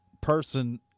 person